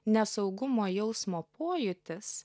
nesaugumo jausmo pojūtis